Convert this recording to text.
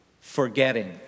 forgetting